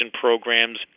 programs